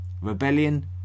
Rebellion